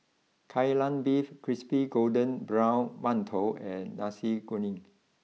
Kai Lan Beef Crispy Golden Brown Mantou and Nasi Kuning